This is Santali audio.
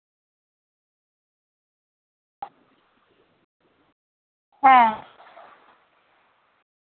ᱦᱮᱸ